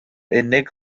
unig